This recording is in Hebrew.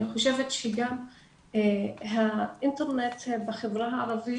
אני חושבת גם שהאינטרנט בחברה הערבית,